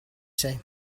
say